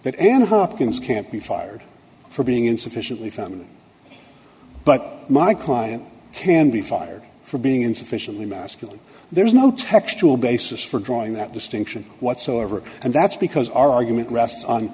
that an hopkins can't be fired for being insufficiently feminine but my client can be fired for being insufficiently masculine there is no textual basis for drawing that distinction whatsoever and that's because our argument rests on